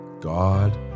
God